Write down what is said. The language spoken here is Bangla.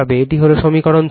এটি সমীকরণ 3